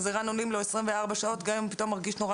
אז ער"ן עונים לו 24 שעות גם אם הוא פתאום מרגיש נורא